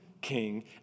king